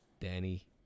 Danny